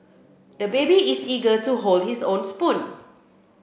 the baby is eager to hold his own spoon